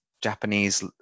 Japanese